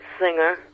singer